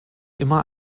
immer